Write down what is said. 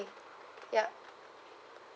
mm ya